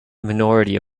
minority